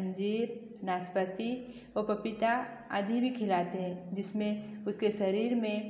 अंजीर नासपाती व पपीता आदि भी खिलाते है जिसमें उसके शरीर में